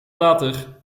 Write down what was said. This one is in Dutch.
later